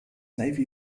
navy